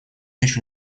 еще